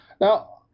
now